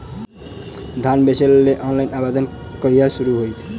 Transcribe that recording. धान बेचै केँ लेल ऑनलाइन आवेदन कहिया शुरू हेतइ?